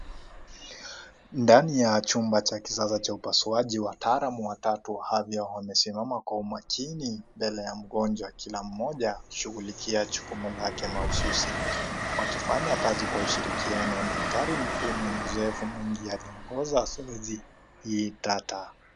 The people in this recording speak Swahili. Ndani ya chumba cha kisasa cha upasuaji wataalamu watatu hadhia wamesiama kwa umakini mbele ya mgonjwa kila mmoja akishughulikia jukumu lake mahususi wakifanya kazi kwa ushirikiano, daktari mkuu mwenye uzoefu mwingi aliongoza zoezi hii tata.